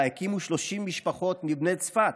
שאותה הקימו 30 משפחות מבני צפת,